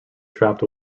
trapped